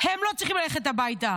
הם לא צריכים ללכת הביתה.